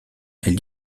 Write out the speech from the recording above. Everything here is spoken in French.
elle